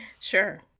Sure